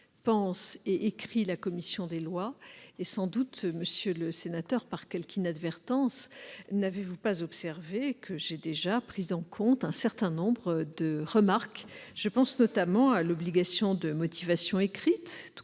pense et écrit la commission des lois. Sans doute en raison de quelque inadvertance n'avez-vous pas observé que j'ai déjà pris en compte un certain nombre de remarques. Je pense notamment à l'obligation de motivation écrite dont